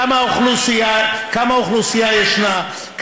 כמה אוכלוסייה ישנה,